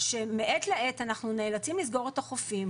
שמעת לעת אנו נאלצים לסגור על החופים.